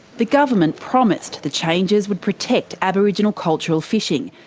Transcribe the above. the government promised the changes would protect aboriginal cultural fishing,